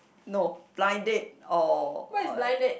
no blind date or uh